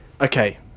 Okay